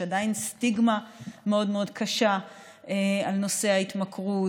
יש עדיין סטיגמה מאוד מאוד קשה על נושא ההתמכרות.